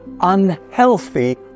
unhealthy